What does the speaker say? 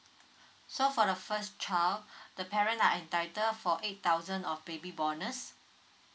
so for the first child the parent are entitle for eight thousand of baby bonus